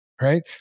Right